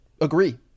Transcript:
Agree